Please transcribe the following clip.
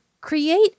create